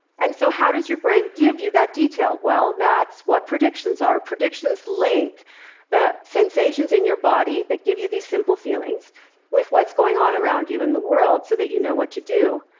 and so how does your brain give you that detail? well, that's what predictions are. predictions link the sensations in your body that give you these simple feelings with what's going on around you in the world so that you know what to do.